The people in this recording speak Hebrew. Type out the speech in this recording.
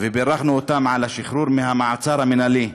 ובירכנו אותם על השחרור מהמעצר המינהלי.